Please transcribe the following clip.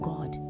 God